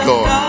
God